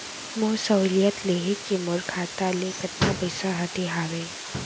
मोर सहुलियत लेहे के मोर खाता ले कतका पइसा कटे हवये?